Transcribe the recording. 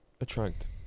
attract